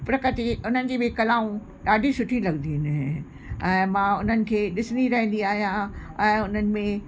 प्रकृति उन्हनि जी बि कलाऊं ॾाढी सुठी लॻंदियूं आहिनि ऐं मां उन्हनि खे ॾिसंदी रहंदी आहियां ऐं उन्हनि में